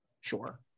sure